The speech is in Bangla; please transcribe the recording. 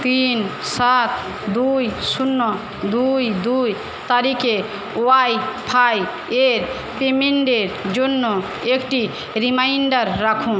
তিন সাত দুই শূন্য দুই দুই তারিখে ওয়াইফাই এর পেমেন্টের জন্য একটি রিমাইন্ডার রাখুন